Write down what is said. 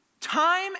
time